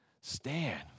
Stand